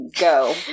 go